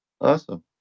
Awesome